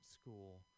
school